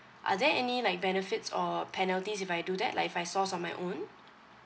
are there any like benefits or penalties if I do that like if I source on my own